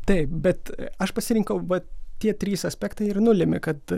taip bet aš pasirinkau vat tie trys aspektai ir nulėmė kad